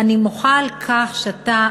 אני מוחה על כך שאתה